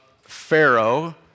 Pharaoh